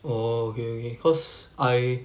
orh okay okay cause I